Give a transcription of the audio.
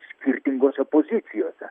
skirtingose pozicijose